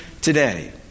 today